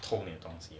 透明东西